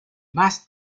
más